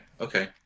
Okay